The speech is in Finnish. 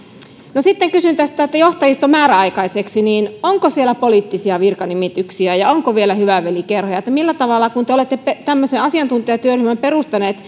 sitten kysyn tästä että johtajisto määräaikaiseksi onko siellä poliittisia virkanimityksiä ja ja onko vielä hyvävelikerhoja kun te olette tämmöisen asiantuntijatyöryhmän perustanut